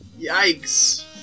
yikes